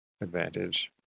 advantage